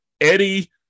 Eddie